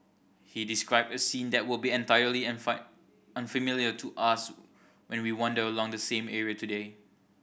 he described a scene that will be entirely unfamiliar to us when we wander along the same area today